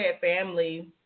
family